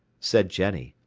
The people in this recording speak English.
said jenny,